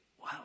Wow